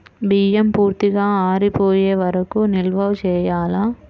బియ్యం పూర్తిగా ఆరిపోయే వరకు నిల్వ చేయాలా?